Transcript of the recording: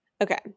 Okay